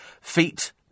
Feet